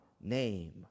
name